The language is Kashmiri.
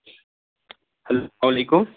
ہیٚلو سلام علیکُم